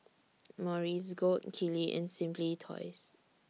Morries Gold Kili and Simply Toys